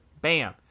bam